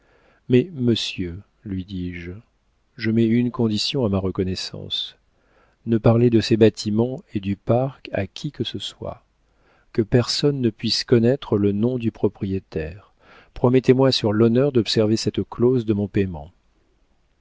mais monsieur lui dis-je je mets une condition à ma reconnaissance ne parlez de ces bâtiments et du parc à qui que ce soit que personne ne puisse connaître le nom du propriétaire promettez-moi sur l'honneur d'observer cette clause de mon paiement